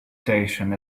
station